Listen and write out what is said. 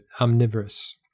omnivorous